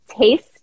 Taste